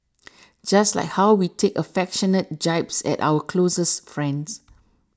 just like how we take affectionate jibes at our closest friends